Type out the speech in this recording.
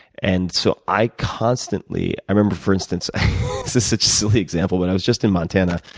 and so i constantly i remember, for instance this is such a silly example but i was just in montana